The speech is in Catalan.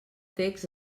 text